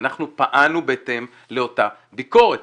ואנחנו פעלנו בהתאם לאותה ביקורת.